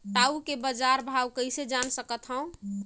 टाऊ के बजार भाव कइसे जान सकथव?